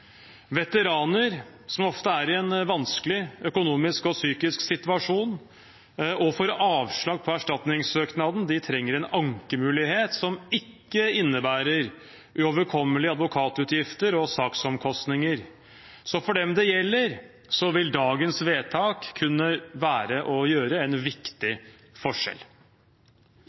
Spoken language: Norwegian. Veteraner, som ofte er i en vanskelig situasjon økonomisk og psykisk, trenger, når de får avslag på erstatningssøknaden, en ankemulighet som ikke innebærer uoverkommelige advokatutgifter og saksomkostninger. Så for dem det gjelder, vil dagens vedtak kunne gjøre en viktig forskjell.